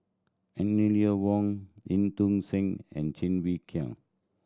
Eleanor Wong En Tong Sen and Cheng Wai Keung